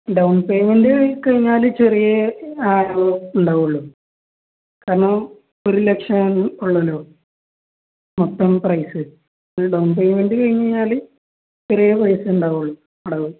down payment കഴിഞ്ഞാല് ചെറിയ ആവ ഇണ്ടാവുള്ളൂ കാരണം ഒരു ലക്ഷം ഉള്ളല്ലോ മൊത്തം പ്രൈസ് ഡൗൺ പേയ്മെൻറ് കഴിഞ്ഞ് കഴിഞ്ഞാല് ചെറിയ പൈസ ഇണ്ടാവള്ളൂ അടവ്